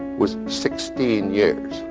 was sixteen years,